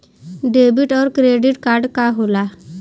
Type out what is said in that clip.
Debit और credit card का होला?